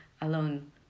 alone